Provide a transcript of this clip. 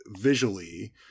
visually